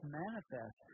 manifest